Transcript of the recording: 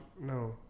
No